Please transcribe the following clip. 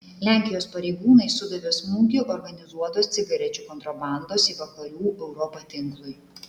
lenkijos pareigūnai sudavė smūgį organizuotos cigarečių kontrabandos į vakarų europą tinklui